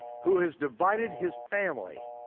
who has divided his family,